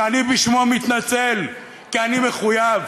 שאני בשמו מתנצל, כי אני מחויב,